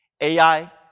AI